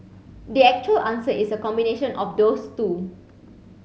the actual answer is a combination of those two